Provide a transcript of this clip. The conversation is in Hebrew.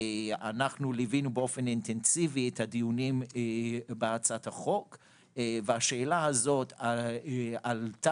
אנחנו ליווינו באופן אינטנסיבי את הדיונים בהצעת החוק והשאלה הזאת עלתה,